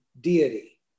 deity